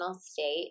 state